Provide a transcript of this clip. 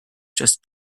just